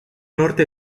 norte